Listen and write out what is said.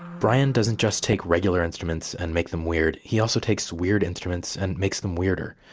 brian doesn't just take regular instruments and make them weird. he also takes weird instruments and makes them weirder.